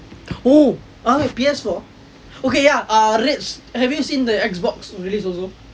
oh ah P_S four okay ya ah rates have you seen the X box release also